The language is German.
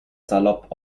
salopp